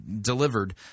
delivered